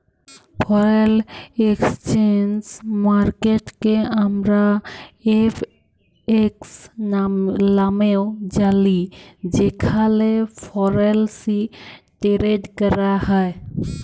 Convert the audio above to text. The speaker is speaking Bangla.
ফরেল একসচেঞ্জ মার্কেটকে আমরা এফ.এক্স লামেও জালি যেখালে ফরেলসি টেরেড ক্যরা হ্যয়